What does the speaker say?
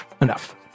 Enough